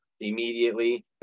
immediately